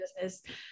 business